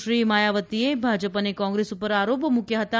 શ્રી માયાવતીએ ભાજપ અને કોંગ્રેસ પર આરોપ મુકયા હતા